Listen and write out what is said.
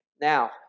Now